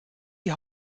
die